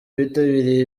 bitabiriye